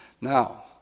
Now